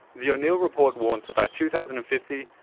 the o'neill report warns that by two thousand and fifty,